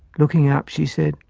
looking up, she said,